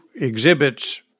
exhibits